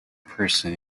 person